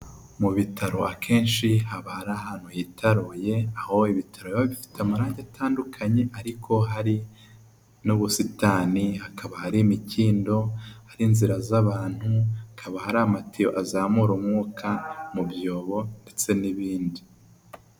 Mu bitaro akenshi haba hari ahantu hitaruye aho ibitaro bifite amarangi atandukanye, ariko hari n'ubusitani hakaba hari imikindo hari inzira z'abantu, hakaba hari amatiyo azamura umwuka mu byobo ndetse n'ibindi.